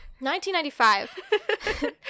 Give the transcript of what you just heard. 1995